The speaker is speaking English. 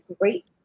great